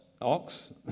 ox